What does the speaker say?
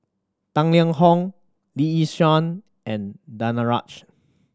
Tang Liang Hong Lee Yi Shyan and Danaraj